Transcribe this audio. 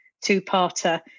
two-parter